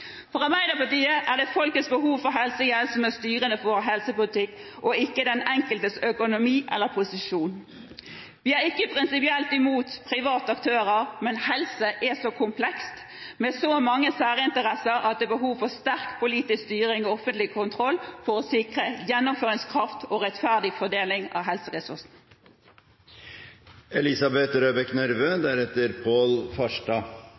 For Arbeiderpartiet er det folks behov for helsehjelp som er styrende for vår helsepolitikk og ikke den enkeltes økonomi eller posisjon. Vi er ikke prinsipielt imot private aktører, men helse er så komplekst, med så mange særinteresser, at det er behov for sterk politisk styring og offentlig kontroll for å sikre gjennomføringskraft og rettferdig fordeling av